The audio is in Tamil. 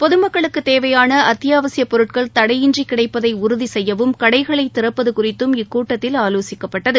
பொதுமக்களுக்குத் தேவையான அத்தியாவசியப் பொருட்களை தடையின்றி கிடைப்பதை உறுதி செய்யவும் கடைகளை திறப்பது குறித்தும் இக்கூட்டத்தில் ஆலோசிக்கப்பட்டது